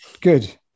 Good